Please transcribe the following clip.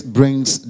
brings